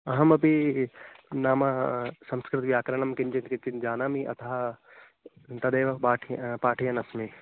अहमपी नाम संस्कृतव्याकरणं किञ्चित् किञ्चित् जानामि अतः तदेव पाठयन् पाठयन्नस्मि